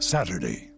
Saturday